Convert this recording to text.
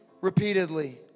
repeatedly